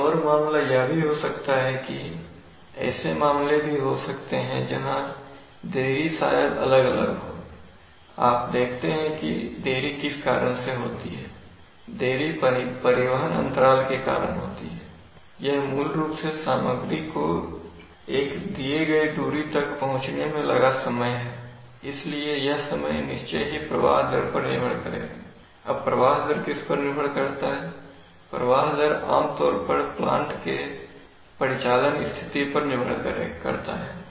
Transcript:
एक और मामला यह भी हो सकता है कि ऐसे मामले भी हो सकते हैं जहां देरी शायद अलग अलग हो आप देखते हैं कि देरी किस कारण से होती है देरी परिवहन अंतराल के कारण होती है यह मूल रूप से सामग्री को एक दिए गए दूरी तक पहुंचने में लगा समय है इसलिए यह समय निश्चय ही प्रवाह दर पर निर्भर करेगा अब प्रवाह दर किस पर निर्भर करता है प्रवाह दर आमतौर पर प्लांट के परिचालन स्थिति पर निर्भर करता है